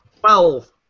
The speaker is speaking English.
Twelve